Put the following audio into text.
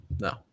No